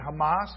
Hamas